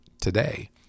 today